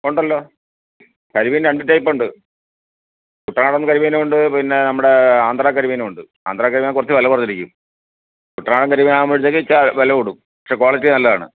ഉണ്ടല്ലോ കരിമീൻ രണ്ട് ടൈപ്പ് ഉണ്ട് കുട്ടനാടൻ കരിമീനും ഉണ്ട് പിന്നെ നമ്മുടെ ആന്ധ്രാ കരിമീനും ഉണ്ട് ആന്ധ്രാ കരിമീനിന് കുറച്ച് വില കുറഞ്ഞിരിക്കും കുട്ടനാടൻ കരിമീൻ ആവുമ്പോഴത്തേക്ക് ഇത്തിരി വില കൂടും പക്ഷേ ക്വാളിറ്റി നല്ലതാണ്